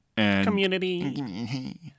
Community